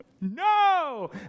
no